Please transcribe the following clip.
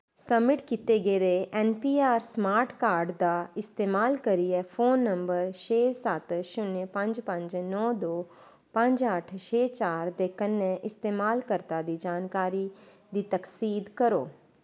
submit कीते गेदे NPR smart card दा इस्तेमाल करियै फोन नंबर छे सत्त शून्य पंज पंज नौ दो पंज अट्ठ छे चार दे कन्नै इस्तेमालकर्ता दी जानकारी दी तस्दीक करो